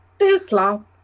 Tesla